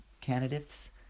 candidates